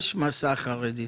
יש 'מסע' חרדי.